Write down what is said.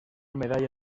medalla